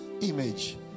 image